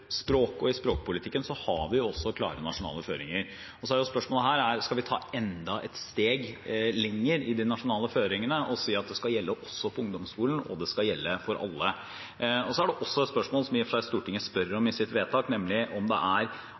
vi klare nasjonale føringer. Så er spørsmålet her om vi skal ta enda et steg lenger i de nasjonale føringene og si at det skal gjelde også på ungdomsskolen, og at det skal gjelde for alle. Det er et spørsmål, som i og for seg Stortinget stiller i sitt vedtak, nemlig om det er